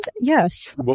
Yes